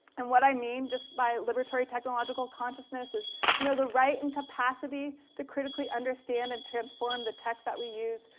and what i mean just by liberatory technological consciousness is you know the right and capacity to critically understand and transform the tech that we use,